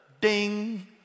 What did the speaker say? ding